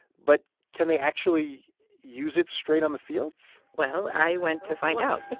but can they actually use it straight on the fields? well, i went to find out